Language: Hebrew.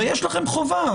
הרי יש לכם חובה.